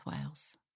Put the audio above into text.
Wales